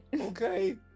Okay